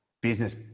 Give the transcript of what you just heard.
Business